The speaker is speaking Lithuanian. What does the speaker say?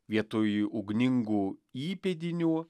vietoj ugningų įpėdinių